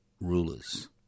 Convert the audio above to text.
rulers